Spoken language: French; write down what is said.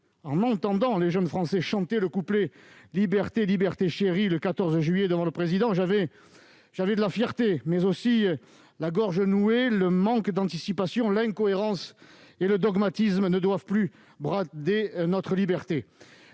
En entendant les jeunes Français chanter le couplet « Liberté, liberté chérie », le 14 juillet, devant le Président de la République, j'ai ressenti de la fierté, mais j'avais aussi la gorge nouée. Le manque d'anticipation, l'incohérence et le dogmatisme ne doivent plus conduire à brader notre liberté.